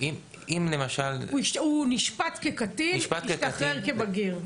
הוא נשפט כקטין, השתחרר כבגיר.